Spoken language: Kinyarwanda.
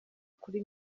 kuri